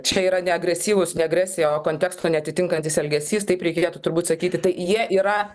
čia yra neagresyvūs ne agresija o konteksto neatitinkantis elgesys taip reikėtų turbūt sakyti tai jie yra